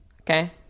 Okay